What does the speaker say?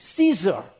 Caesar